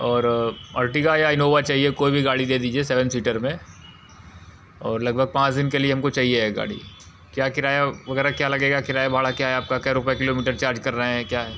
और अर्टिगा या इनोवा चाहिए कोई भी गाड़ी दे दीजिए सेवेन सीटर में और लगभग पाँच दिन के लिए हमको चाहिए है गाड़ी क्या किराया वगैरह क्या लगेगा किराया भाड़ा क्या है आपका क्या रुपये किलोमीटर चार्ज कर रहें क्या है